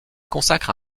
consacre